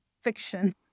fiction